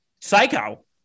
Psycho